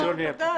אם כן,